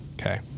Okay